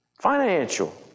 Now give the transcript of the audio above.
financial